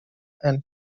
and